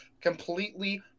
completely